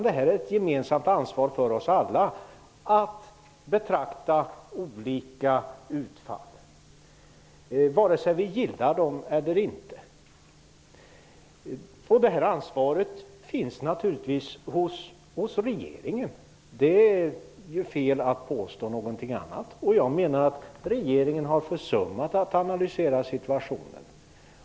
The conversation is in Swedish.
Det är ett gemensamt ansvar för oss alla att betrakta olika utfall, vare sig vi gillar dem eller inte. Detta ansvar finns naturligtvis hos regeringen. Det är fel att påstå någonting annat. Jag menar att regeringen har försummat att analysera situationen.